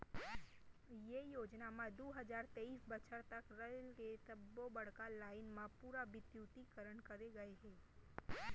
ये योजना म दू हजार तेइस बछर तक रेल के सब्बो बड़का लाईन म पूरा बिद्युतीकरन करे गय हे